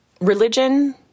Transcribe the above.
religion